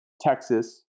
Texas